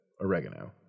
oregano